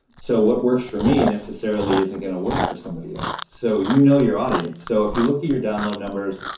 so what works for me necessarily isn't going to work for somebody else. so you know your audience. so if you look at your download numbers,